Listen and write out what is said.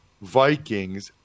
Vikings